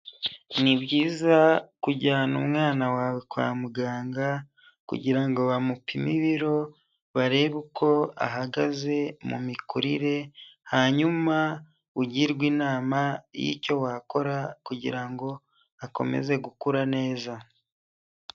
Ni byiza kujyana umwana wawe kwa muganga kugira ngo bamupime ibiro barebe uko ahagaze mu mikurire, hanyuma ugirwe inama y'icyo wakora kugira ngo akomeze gukura neza.